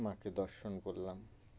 মাকে দর্শন করলাম